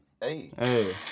Hey